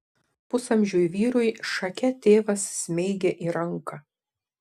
pusamžiui vyrui šake tėvas smeigė į ranką